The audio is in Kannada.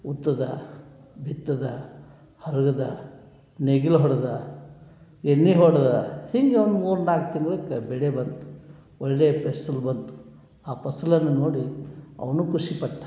ಉತ್ತದ ಬಿತ್ತದ ಹರಳದ ನೇಗಿಲ ಹೊಡೆದ ಎಣ್ಣೆ ಹೊಡೆದ ಹೀಗೆ ಒಂದು ಮೂರು ನಾಲ್ಕು ತಿಂಗ್ಳಿಗೆ ಬೆಳೆ ಬಂತು ಒಳ್ಳೆಯ ಫಸ್ಲು ಬಂತು ಆ ಫಸ್ಲನ್ನು ನೋಡಿ ಅವನು ಖುಷಿ ಪಟ್ಟ